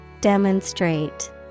Demonstrate